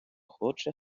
хоче